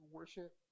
worship